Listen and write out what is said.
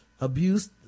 abuse